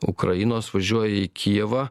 ukrainos važiuoja į kijevą